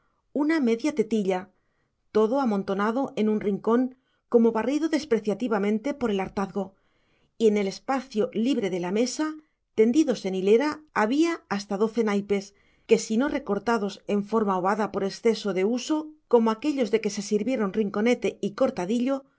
una media tetilla todo amontonado en un rincón como barrido despreciativamente por el hartazgo y en el espacio libre de la mesa tendidos en hilera había hasta doce naipes que si no recortados en forma ovada por exceso de uso como aquellos de que se sirvieron rinconete y cortadillo